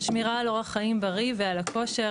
שמירה על אורח חיים בריא ועל הכושר,